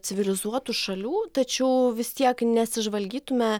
civilizuotų šalių tačiau vis tiek nesižvalgytume